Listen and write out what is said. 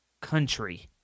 country